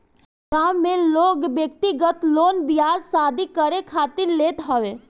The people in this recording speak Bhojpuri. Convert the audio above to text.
गांव में लोग व्यक्तिगत लोन बियाह शादी करे खातिर लेत हवे